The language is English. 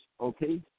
okay